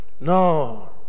no